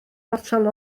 fotel